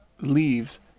leaves